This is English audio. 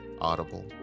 Audible